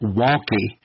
wonky